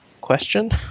question